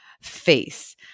face